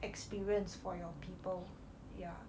experience for your people yeah